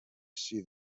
see